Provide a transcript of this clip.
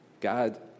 God